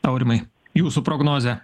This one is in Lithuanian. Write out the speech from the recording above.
aurimai jūsų prognozė